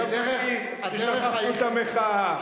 האשמת אותי ששכחתי את המחאה.